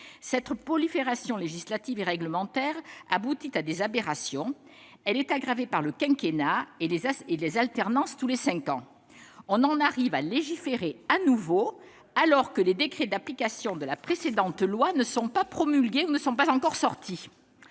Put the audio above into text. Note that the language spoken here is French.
Cette prolifération législative et réglementaire aboutit à des aberrations. Elle est aggravée par le quinquennat et les alternances tous les cinq ans. On en arrive à légiférer de nouveau, alors que les décrets d'application de la précédente loi promulguée ne sont pas encore sortis